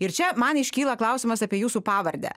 ir čia man iškyla klausimas apie jūsų pavardę